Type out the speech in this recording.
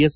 S